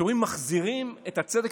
כשאומרים "מחזירים את הצדק",